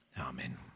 Amen